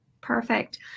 Perfect